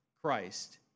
Christ